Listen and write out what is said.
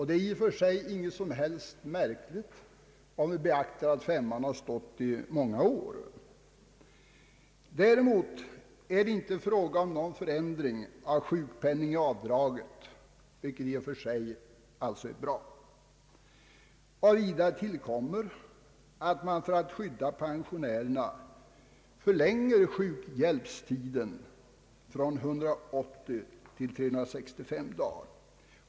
Det är i och för sig inte något märkligt, om vi beaktar att avgiften har varit 5 kronor i många år. Däremot är det inte fråga om någon förändring av sjukpenningavdraget, vilket i och för sig är bra. Härtill kommer att man för att skydda pensionärerna förlänger sjukhjälpstiden från 180 till 365 dagar.